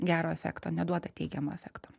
gero efekto neduoda teigiamo efekto